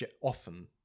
often